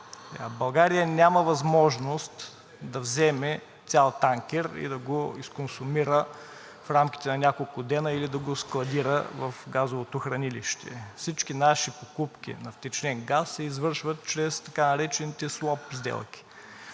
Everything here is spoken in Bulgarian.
България няма възможност да вземе цял танкер и да го изконсумира в рамките на няколко дена или да го складира в газовото хранилище. Всички наши покупки на втечнен газ се извършват чрез така наречените суап сделки,